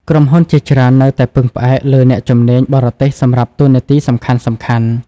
ក្រុមហ៊ុនជាច្រើននៅតែពឹងផ្អែកលើអ្នកជំនាញបរទេសសម្រាប់តួនាទីសំខាន់ៗ។